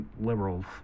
liberals